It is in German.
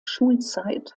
schulzeit